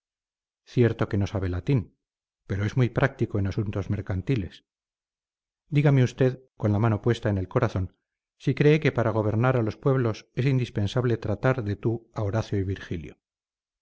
cierto que no sabe latín pero es muy práctico en asuntos mercantiles dígame usted con la mano puesta en el corazón si cree que para gobernar a los pueblos es indispensable tratar de tú a horacio y virgilio